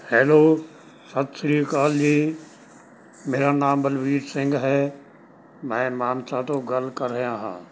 hello ਸਤਿ ਸ਼੍ਰੀ ਅਕਾਲ ਜੀ ਮੇਰਾ ਨਾਮ ਬਲਵੀਰ ਸਿੰਘ ਹੈ ਮੈਂ ਮਾਨਸਾ ਤੋਂ ਗੱਲ ਕਰ ਰਿਹਾ ਹਾਂ